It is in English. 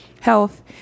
health